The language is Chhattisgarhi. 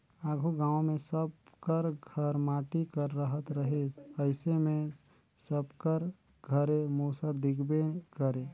आघु गाँव मे सब कर घर माटी कर रहत रहिस अइसे मे सबकर घरे मूसर दिखबे करे